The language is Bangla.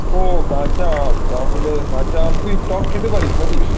ও কাঁচা আম তাহলে কাঁচা আম তুই টক খেতে পারিস নাকি